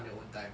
on your own time